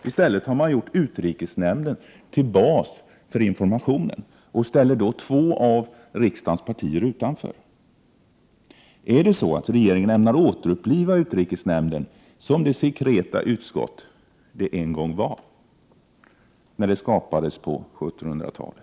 I stället har man gjort utrikesnämnden till bas för informationen, och därmed ställer man två av riksdagens partier utanför. Ämnar regeringen återuppliva utrikesnämnden som det sekreta utskott den en gång var, när den skapades på 1700-talet?